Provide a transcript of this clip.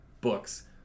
books